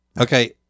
Okay